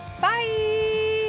bye